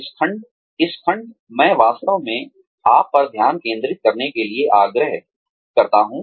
इस खंड मैं वास्तव में आप पर ध्यान केंद्रित करने के लिए आग्रह करता हूं